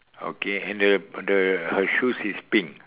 okay and the the her shoes is pink